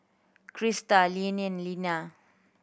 Krysta Leanna Elena